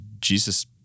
Jesus